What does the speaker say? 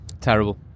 terrible